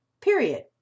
period